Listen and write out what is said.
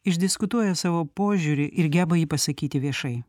išdiskutuoja savo požiūrį ir geba jį pasakyti viešai